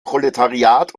proletariat